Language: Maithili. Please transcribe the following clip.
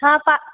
हँ तऽ